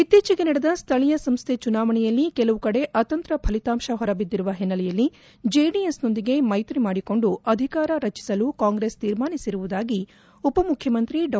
ಇತ್ತೀಚಿಗೆ ನಡೆದ ಸ್ಥಳೀಯ ಸಂಸ್ಥೆ ಚುನಾವಣೆಯಲ್ಲಿ ಕೆಲವು ಕಡೆ ಅತಂತ್ರ ಫಲಿತಾಂಶ ಹೊರಬಿದ್ದಿರುವ ಹಿನ್ನೆಲೆಯಲ್ಲಿ ಜೆಡಿಎಸ್ ನೊಂದಿಗೆ ಮೈತ್ರಿ ಮಾಡಿಕೊಂಡು ಅಧಿಕಾರ ರಚಿಸಲು ಕಾಂಗ್ರೆಸ್ ತೀರ್ಮಾನಿಸಿರುವುದಾಗಿ ಉಪಮುಖ್ಯಮಂತ್ರಿ ಡಾ